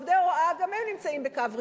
גם עובדי הוראה נמצאים בקו ראשון.